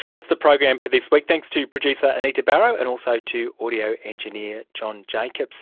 that's the program for this week, thanks to producer anita barraud and also to audio engineer john jacobs.